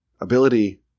Ability